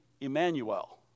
Emmanuel